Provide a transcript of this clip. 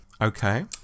Okay